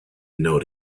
know